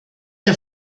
der